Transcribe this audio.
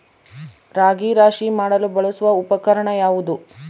ರಾಗಿ ರಾಶಿ ಮಾಡಲು ಬಳಸುವ ಉಪಕರಣ ಯಾವುದು?